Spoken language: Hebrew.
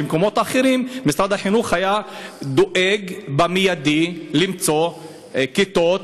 ובמקומות אחרים משרד החינוך היה דואג מייד למצוא כיתות,